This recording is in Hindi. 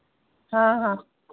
हाँ हाँ